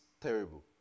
terrible